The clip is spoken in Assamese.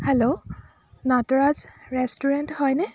হেল্ল' নটৰাজ ৰেষ্টুৰেণ্ট হয়নে